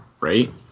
right